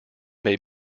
may